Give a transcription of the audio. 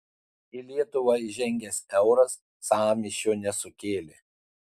į lietuvą įžengęs euras sąmyšio nesukėlė